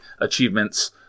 achievements